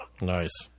Nice